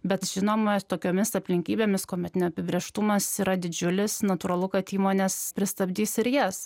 bet žinoma tokiomis aplinkybėmis kuomet neapibrėžtumas yra didžiulis natūralu kad įmonės pristabdys ir jas